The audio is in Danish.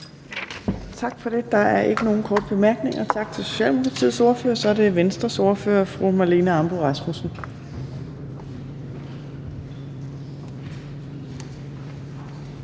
Tak for det. Der er ikke nogen korte bemærkninger. Tak til Socialdemokratiets ordfører. Så er det Venstres ordfører, fru Marlene Ambo-Rasmussen.